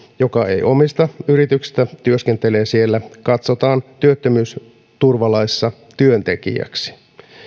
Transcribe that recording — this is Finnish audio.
joka ei omista osuutta yrityksestä mutta työskentelee siellä katsotaan työttömyysturvalaissa työntekijäksi